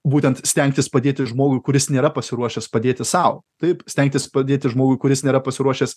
būtent stengtis padėti žmogui kuris nėra pasiruošęs padėti sau taip stengtis padėti žmogui kuris nėra pasiruošęs